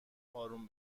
اروم